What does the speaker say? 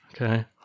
okay